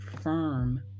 firm